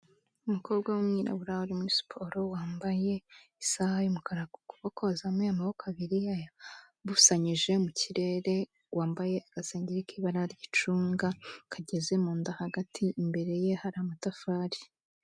Umukobwa w'umwirabura ari muri siporo, wambaye isaha y'umukara ku kuboko, yazamuye amaboko abiri yayabusanyije mu kirere, wambaye agasenge k'ibara ry'icunga kageze mu nda hagati, imbere ye hari amatafari.